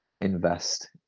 invest